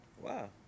Wow